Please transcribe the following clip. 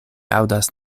aŭdas